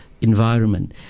Environment